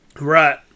Right